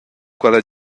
quella